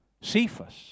Cephas